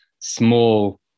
small